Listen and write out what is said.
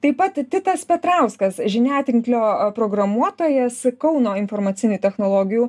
taip pat titas petrauskas žiniatinklio programuotojas kauno informacinių technologijų